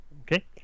okay